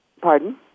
Pardon